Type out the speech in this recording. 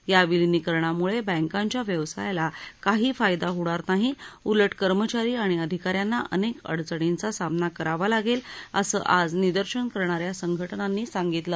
या विलिनीकरणामुळे बँकांच्या व्यवसायाला काही फायदा होणार नाही उलट कर्मचारी आणि अधिकार्यांना अनेक अडचणींचा सामना करावा लागेल असं आज निदर्शनं करणार्या संघटनांनी सांगितलं